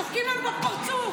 צוחקים עלינו בפרצוף.